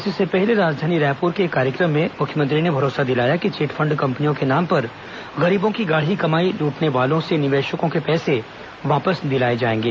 इससे पहले राजधानी रायपुर के एक कार्यक्रम में मुख्यमंत्री ने भरोसा दिलाया कि चिटफंड कम्पनियों के नाम पर गरीबों की गाढ़ी कमायी लूटने वालों से निवेशकों के पैसे वापस दिलाए जाएंगे